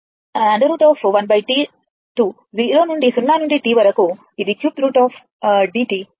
1T 0 నుండి T వరకు v2dt అవుతుంది